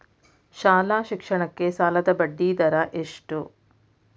ಶಾಲಾ ಶಿಕ್ಷಣಕ್ಕೆ ಸಾಲದ ಬಡ್ಡಿದರ ಎಷ್ಟು?